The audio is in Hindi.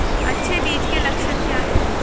अच्छे बीज के लक्षण क्या हैं?